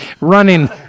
running